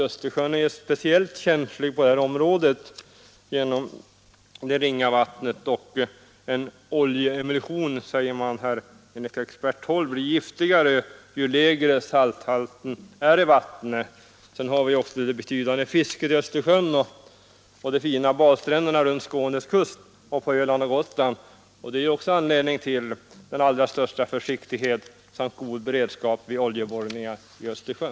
Östersjön är ju speciellt känslig i detta avseende genom sin långsamma vattenomsättning. En oljeemulsion blir enligt uttalanden från experthåll giftigare ju lägre salthalten i vattnet är. Det betydande fisket i Östersjön liksom de fina badstränderna runt Skånes kust och på Öland och Gotland utgör också anledningar till den allra största försiktighet och till god beredskap vid oljeborrning i Östersjön.